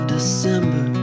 December